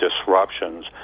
disruptions